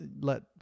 let